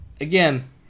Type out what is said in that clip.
again